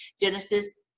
genesis